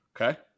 Okay